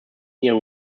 ihrem